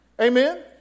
Amen